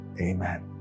Amen